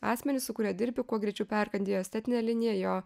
asmenį su kuriuo dirbi kuo greičiau perkandi jo estetinę liniją jo